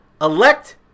elect